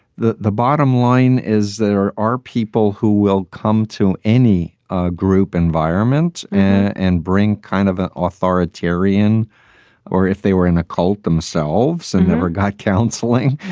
the the bottom line is there are people who will come to any ah group environment and bring kind of an authoritarian or if they were in a cult themselves and never got counseling,